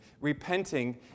repenting